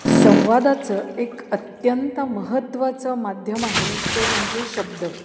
संवादाचं एक अत्यंत महत्त्वाचं माध्यम आहे ते म्हणजे शब्द